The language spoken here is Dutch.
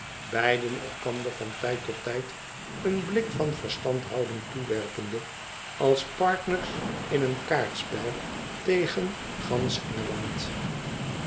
beiden elkander van tijd tot tijd een blik van verstandhouding toewerpende als partners in een kaartspel tegen gansch engeland